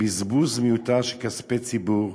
בזבוז מיותר של כספי ציבור,